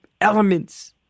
elements